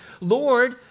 Lord